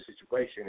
situation